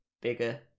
bigger